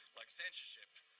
like censorship.